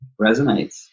resonates